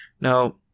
Now